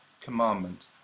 commandment